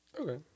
Okay